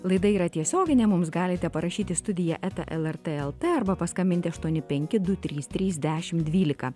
laida yra tiesioginė mums galite parašyt į studiją eta lrt lt arba paskambinti aštuoni penki du trys trys dešim dvylika